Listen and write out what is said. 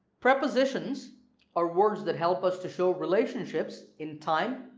prepositions are words that help us to show relationships in time,